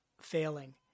failing